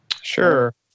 Sure